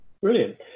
Brilliant